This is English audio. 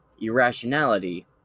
irrationality